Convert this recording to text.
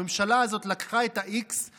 הממשלה הזאת לקחה את ה-x,